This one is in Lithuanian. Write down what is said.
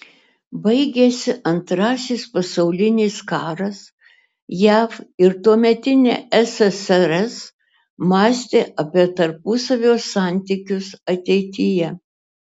baigėsi antrasis pasaulinis karas jav ir tuometinė ssrs mąstė apie tarpusavio santykius ateityje